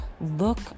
look